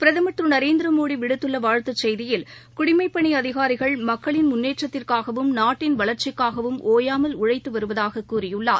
பிரதமர் திரு நரேந்திரமோடி விடுத்துள்ள வாழ்த்துச் செய்தியில் குடிமைப் பணி அதிகாரிகள் மக்களின் முன்னேற்றத்திற்காகவும் நாட்டின் வளர்ச்சிக்காகவும் ஒயாமல் உழழத்து வருவதாகக் கூறியுள்ளார்